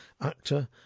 actor